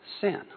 sin